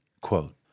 quote